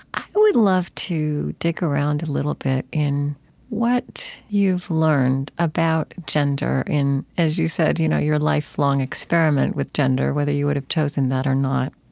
i would love to dig around a little bit in what you've learned about gender in, as you said, you know your lifelong experiment with gender, whether you would have chosen that or not.